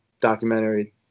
documentary